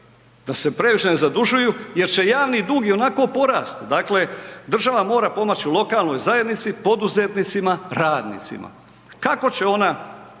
da se previše ne zadužuju jer će javni dug i onako porasti. Dakle država mora pomoći lokalnoj zajednici, poduzetnicima, radnicima. Kako će ona